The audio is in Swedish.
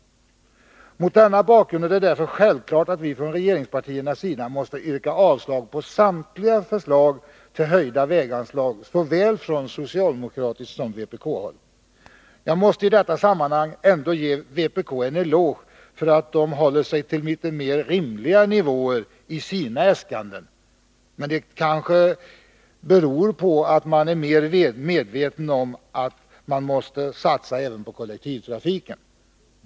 Mot denna bakgrund är det därför självklart att vi från regeringspartiernas sida måste yrka avslag på samtliga förslag till höjda väganslag såväl från socialdemokratiskt håll som från vpk-håll. Jag måste i detta sammanhang ändå ge vänsterpartiet kommunisterna en eloge för att de håller sig till litet mer rimliga nivåer i sina äskanden. Men det kanske beror på att man är mer medveten om att vi måste satsa även på kollektivtrafiken.